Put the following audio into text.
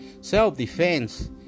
self-defense